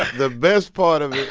the best part of it,